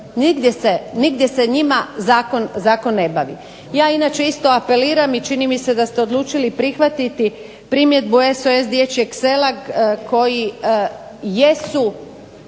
nigdje se njima zakon ne bavi. Ja inače isto apeliram i čini mi se da ste odlučili prihvatiti primjedbi SOS dječjeg sela koji jesu